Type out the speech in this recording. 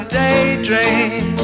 daydream